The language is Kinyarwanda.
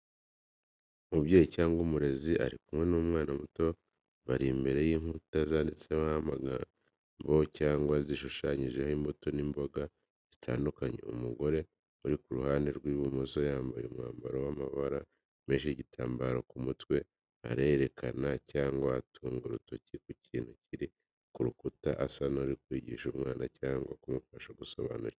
Umubyeyi cyangwa umurezi ari kumwe n’umwana muto bari imbere y’inkuta zanditsweho cyangwa zishushanyijeho imbuto n’imboga zitandukanye. Umugore uri ku ruhande rw’ibumoso yambaye umwambaro w’amabara menshi n’igitambaro ku mutwe arerekana cyangwa atunga urutoki ku kintu kiri ku rukuta asa n’uri kwigisha umwana cyangwa kumufasha gusobanukirwa.